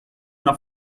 una